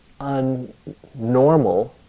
unnormal